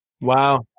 Wow